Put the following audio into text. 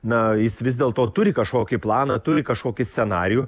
na jis vis dėlto turi kažkokį planą turi kažkokį scenarijų